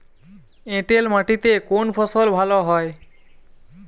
এঁটেল মাটিতে কোন ফসল ভালো হয়?